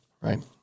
right